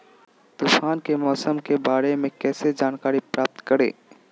तूफान के मौसम के बारे में कैसे जानकारी प्राप्त करें?